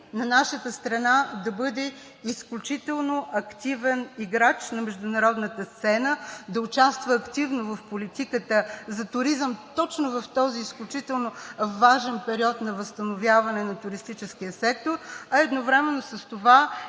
на нашата страна да бъде изключително активен играч на международната сцена, да участва активно в политиката за туризъм точно в този изключително важен период за възстановяване на туристическия сектор, а едновременно с това